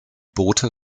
boote